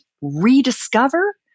rediscover